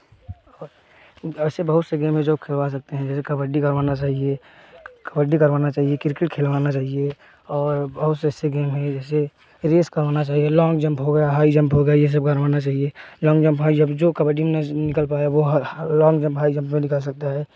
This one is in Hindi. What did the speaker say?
ऐसे बहुत से गेम हैं जो खेलवा सकते हैं जैसे कबड्डी करवाना चाहिए कबड्डी करवाना चाहिए क्रिकेट खेलवाना चाहिए और बहुत से ऐसे गेम हैं जैसे रेस करवाना चाहिए लॉन्ग जंप हो गया हाई जंप हो गई यह सब करवाना चाहिए लॉन्ग जम्प हाई जम्प जो कबड्डी में न निकल पाया वह लॉन्ग जंप हाई जंप में निकल सकता है